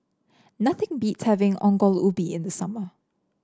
nothing beats having Ongol Ubi in the summer